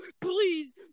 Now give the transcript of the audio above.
please